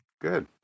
Good